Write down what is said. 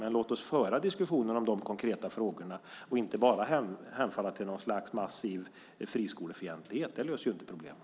Men låt oss föra diskussionen om de konkreta frågorna och inte bara hemfalla till något slags massiv friskolefientlighet. Det löser inte problemen.